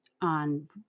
on